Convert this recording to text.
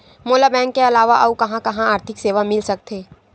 मोला बैंक के अलावा आऊ कहां कहा आर्थिक सेवा मिल सकथे?